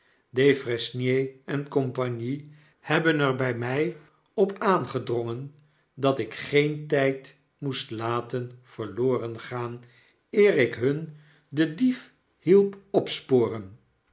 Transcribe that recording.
en cie hebben er by my op aangedrongen dat ik geen tijd moest laten verloren gaan eer ik hun den diet hielp opsporen